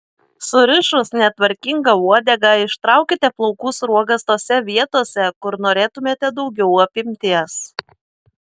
surišus netvarkingą uodegą ištraukite plaukų sruogas tose vietose kur norėtumėte daugiau apimties